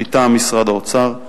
מטעם משרד האוצר,